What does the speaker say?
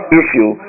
issue